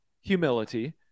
humility